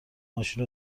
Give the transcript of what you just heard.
ماشین